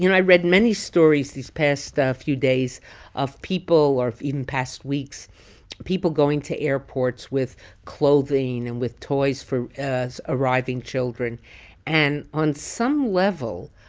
you know i read many stories these past ah few days of people or in past weeks people going to airports with clothing and with toys for arriving children and on some level,